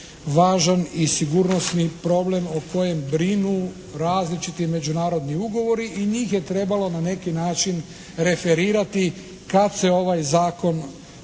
važan i sigurnosni problem o kojem brinu različiti međunarodni ugovori i njih je trebalo na neki način referirati kad se ovaj zakon